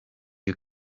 you